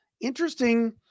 interesting